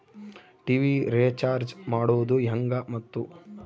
TV recharge ಮಾಡೋದು ಹೆಂಗ ಮತ್ತು?